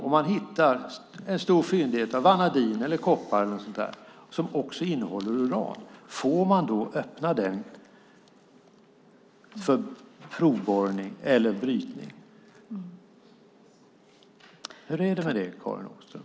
Om man hittar en fyndighet av vanadin eller koppar som också innehåller uran, får man då öppna den för provborrning eller brytning? Hur är det med det, Karin Åström?